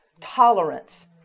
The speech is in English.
tolerance